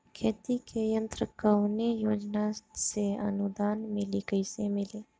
खेती के यंत्र कवने योजना से अनुदान मिली कैसे मिली?